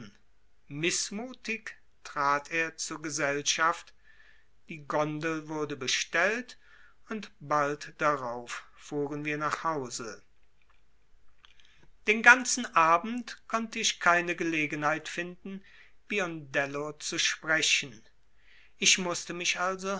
mißmutig trat er zur gesellschaft die gondel wurde bestellt und bald darauf fuhren wir nach hause den ganzen abend konnte ich keine gelegenheit finden biondello zu sprechen ich mußte mich also